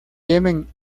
yemen